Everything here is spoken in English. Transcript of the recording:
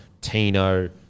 Tino